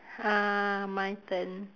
uh my turn